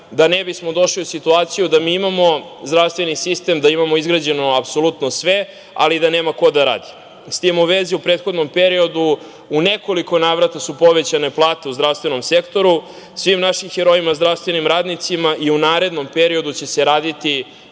da ne bismo došli u situaciju da imamo zdravstveni sistem, da imamo izgrađeno apsolutno sve, ali da nema ko da radi. S tim u vezi, u prethodnom periodu u nekoliko navrata su povećane plate u zdravstvenom sektoru. Svim naših herojima zdravstvenim radnicima i u narednom periodu će se raditi